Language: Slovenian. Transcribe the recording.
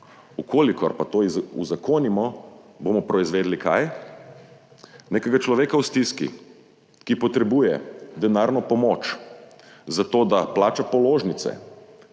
Če pa to uzakonimo, bomo proizvedli nekega človeka v stiski, ki potrebuje denarno pomoč zato, da plača položnice,